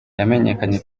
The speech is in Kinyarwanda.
yamenyekanye